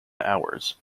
hours